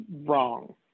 wrong